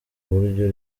buryo